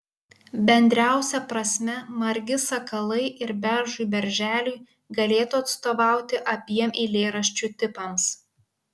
bendriausia prasme margi sakalai ir beržui berželiui galėtų atstovauti abiem eilėraščių tipams